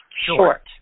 Short